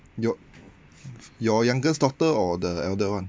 your your youngest daughter or the elder one